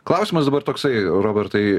klausimas dabar toksai robertai